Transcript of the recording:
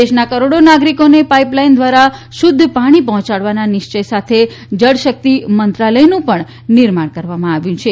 દેશના કરોડો નાગરિકોને પાઇપલાઇન દ્વારા શુદ્ધ પાણી પહોંચાડવાના નિશ્ચય સાથે જળ શક્તિ મંત્રાયલ નું નિર્માણ કરવામાં આવ્યું છે